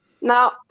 Now